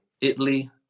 Italy